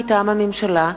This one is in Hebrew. מטעם הממשלה: